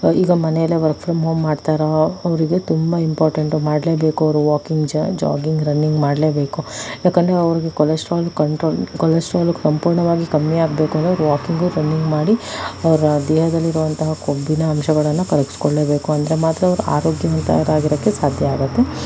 ಈಗ ಮನೆಯಲ್ಲೇ work from home ಮಾಡ್ತಾರೋ ಅವರಿಗೆ ತುಂಬ ಇಂಪಾರ್ಟೆಂಟ್ ಮಾಡಲೇಬೇಕು ಅವರು ವಾಕಿಂಗ್ ಜಾ ಜಾಗಿಂಗ್ ರನ್ನಿಂಗ್ ಮಾಡಲೇಬೇಕು ಯಾಕೆಂದರೆ ಅವರಿಗೆ ಕೊಲೆಸ್ಟ್ರಾಲ್ ಕಂಟ್ರೋಲ್ ಕೊಲೆಸ್ಟ್ರಾಲ್ ಸಂಪೂರ್ಣವಾಗಿ ಕಮ್ಮಿ ಆಗಬೇಕು ಅಂದರೆ ವಾಕಿಂಗ್ ರನ್ನಿಂಗ್ ಮಾಡಿ ಅವರ ದೇಹದಲ್ಲಿರುವಂತಹ ಕೊಬ್ಬಿನ ಅಂಶಗಳನ್ನು ಕರಗ್ಸ್ಕೊಳ್ಳೇ ಬೇಕು ಅಂದರೆ ಮಾತ್ರ ಅವರು ಆರೋಗ್ಯವಂತರಾಗಿರೋಕ್ಕೆ ಸಾಧ್ಯ ಆಗತ್ತೆ